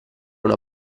una